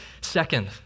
Second